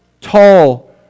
tall